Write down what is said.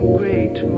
great